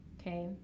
okay